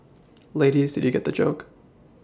ladies did you get the joke